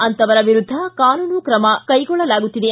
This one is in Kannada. ಅಂತವರ ವಿರುದ್ಧ ಕಾನೂನು ಪ್ರಕಾರ ತ್ರಮ ಕೈಗೊಳ್ಳಲಾಗುತ್ತಿದೆ